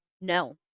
No